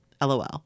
LOL